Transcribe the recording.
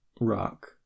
rock